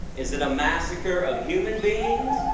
is it a massacre of human beings,